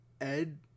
Ed